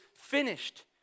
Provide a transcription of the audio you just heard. finished